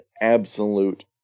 absolute